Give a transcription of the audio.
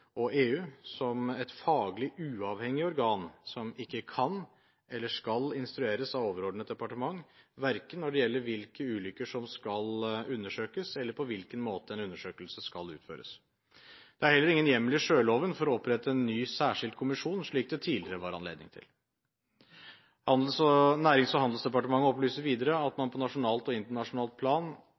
og EU som et faglig uavhengig organ, som ikke kan eller skal instrueres av overordnet departement verken når det gjelder hvilke ulykker som skal undersøkes, eller på hvilken måte en undersøkelse skal utføres. Det er heller ingen hjemmel i sjøloven for å opprette en ny særskilt kommisjon, slik det tidligere var anledning til. Nærings- og handelsdepartementet opplyser videre at man på nasjonalt og internasjonalt plan